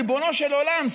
ריבונו של עולם,